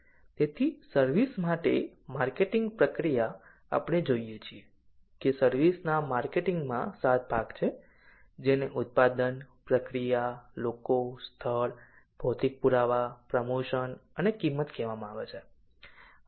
તેથી સર્વિસ માટે માર્કેટિંગ પ્રક્રિયા આપણે જોઈએ છીએ કે સર્વિસ ના માર્કેટિંગમાં 7 ભાગ છે જેને ઉત્પાદન પ્રક્રિયા લોકો સ્થળ ભૌતિક પુરાવા પ્રમોશન અને કિંમત કહેવામાં આવે છે